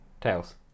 Tails